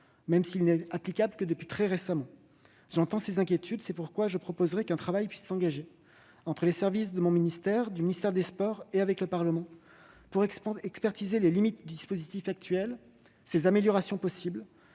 même s'il n'est applicable que depuis très récemment. J'entends ces inquiétudes. C'est pourquoi je proposerai qu'un travail soit engagé entre les services de mon ministère, ceux du ministère des sports et le Parlement pour expertiser les éventuelles limites du dispositif actuel et ses améliorations possibles.